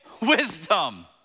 wisdom